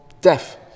death